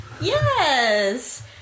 Yes